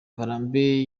ngarambe